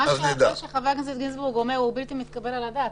מה שחבר הכנסת גינזבורג אומר בלתי מתקבל על הדעת,